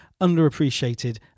underappreciated